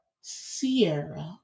Sierra